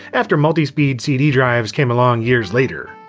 after multispeed cd drives came along years later.